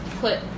put